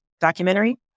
documentary